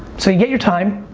so you get your time,